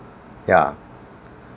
ya